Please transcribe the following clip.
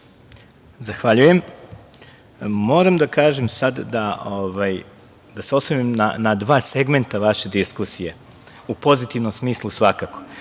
Zahvaljujem. Moram da kažem i da se osvrnem na dva segmenta vaše diskusije, u pozitivnom smislu, svakako.